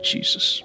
Jesus